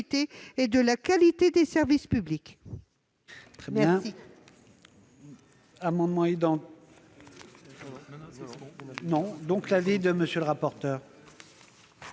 et de la qualité des services publics.